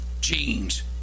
jeans